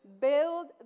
Build